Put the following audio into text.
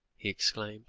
he exclaimed